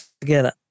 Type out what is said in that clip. together